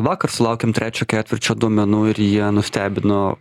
vakar sulaukėm trečio ketvirčio duomenų ir jie nustebino